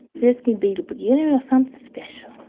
this could be the beginning of something special